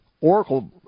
Oracle